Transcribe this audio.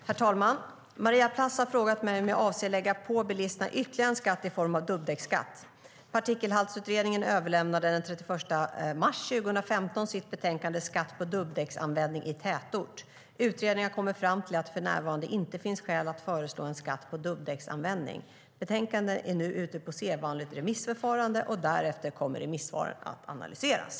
Herr talman! Maria Plass har frågat mig om jag avser att lägga på bilisterna ytterligare en skatt i form av dubbdäcksskatt. Partikelhaltsutredningen överlämnade den 31 mars 2015 sitt betänkande Skatt på dubbdäcksanvändning i tätort? Utredningen har kommit fram till att det för närvarande inte finns skäl att föreslå en skatt på dubbdäcksanvändning. Betänkandet är nu ute på sedvanligt remissförfarande. Därefter kommer remissvaren att analyseras.